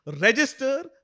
register